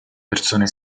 persone